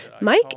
Mike